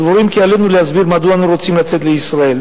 סבורים כי עלינו להסביר מדוע אנו רוצים לצאת לישראל",